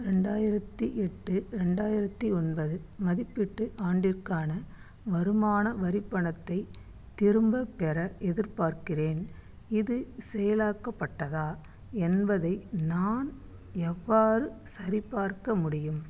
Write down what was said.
ரெண்டாயிரத்தி எட்டு ரெண்டாயிரத்தி ஒன்பது மதிப்பீட்டு ஆண்டிற்கான வருமான வரிப் பணத்தைத் திரும்பப்பெற எதிர்பார்க்கிறேன் இது செயலாக்கப்பட்டதா என்பதை நான் எவ்வாறு சரிபார்க்க முடியும்